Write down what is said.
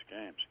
games